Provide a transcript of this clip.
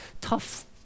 tough